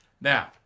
Now